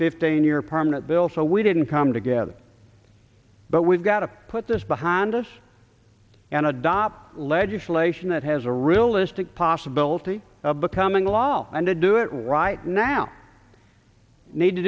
fifteen year permanent bill so we didn't come together but we've got to put this behind us and adopt legislation that has a realistic possibility of becoming law and to do it right now need to